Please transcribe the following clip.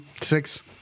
six